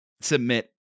submit